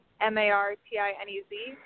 M-A-R-T-I-N-E-Z